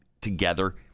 together